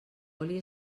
oli